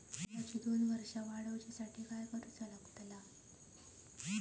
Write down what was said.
कर्जाची दोन वर्सा वाढवच्याखाती काय करुचा पडताला?